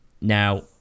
now